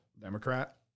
Democrat